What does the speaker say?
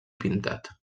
pintat